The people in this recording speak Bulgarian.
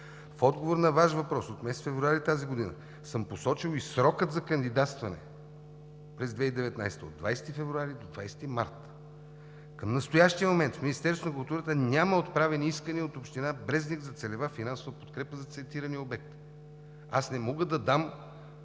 В отговор на Ваш въпрос от месец февруари тази година съм посочил и срока за кандидатстване през 2019 г. – от 20 февруари до 20 март. Към настоящия момент към Министерството на културата няма отправени искания от Община Брезник за целева финансова подкрепа за цитирания обект. Аз не мога да дам